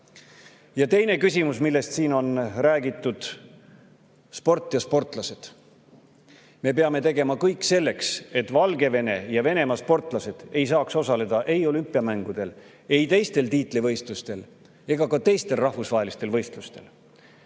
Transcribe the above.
Ja teine küsimus, millest siin on räägitud: sport ja sportlased. Me peame tegema kõik selleks, et Valgevene ja Venemaa sportlased ei saaks osaleda olümpiamängudel, tiitlivõistlustel ega ka teistel rahvusvahelistel võistlustel.